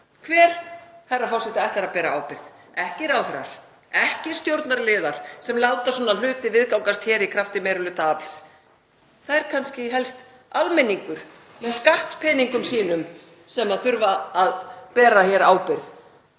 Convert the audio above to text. Hver, herra forseti, ætlar að bera ábyrgð? Ekki ráðherrar, ekki stjórnarliðar sem láta svona hluti viðgangast í krafti meirihlutaafls. Það er kannski helst almenningur með skattpeningum sínum sem þarf að bera ábyrgð,